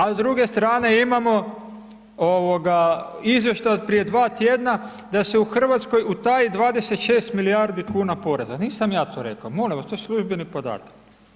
A s druge strane imamo, ovoga, Izvještaj od prije dva tjedna da se u Hrvatskoj utaji 26 milijardi kuna poreza, nisam ja to rekao molim vas, to je službeni podatak.